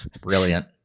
Brilliant